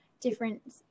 different